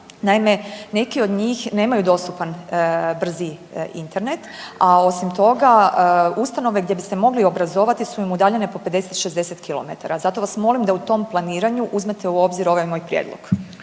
Naime, neki od njih nemaju dostupan brzi Internet, a osim toga ustanove gdje bi se mogli obrazovati su im udaljene po 50, 60 km, zato vas molim da u tom planiranju uzmete u obzir ovaj moj prijedlog.